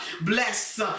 Bless